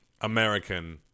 american